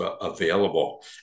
available